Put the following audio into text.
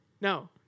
no